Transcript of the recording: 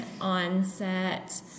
onset